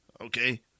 Okay